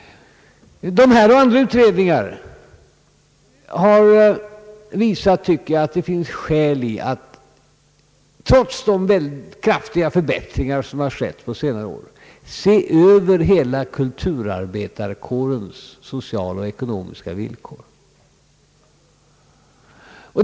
Dessa och andra utredningar tycker jag pekar på att det finns skäl, trots de kraftiga förbättringar som skett på senare år, att se över hela kulturarbetarkårens sociala och ekonomiska villkor.